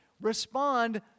respond